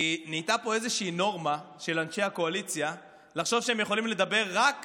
כי נהייתה פה איזושהי נורמה של אנשי הקואליציה לחשוב שהם יכולים לדבר רק